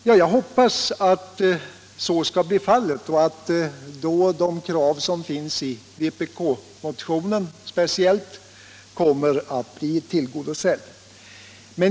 Ja, jag hoppas att så skall bli fallet och att då de krav som finns i vpk-motionen speciellt kommer att bli tillgodosedda.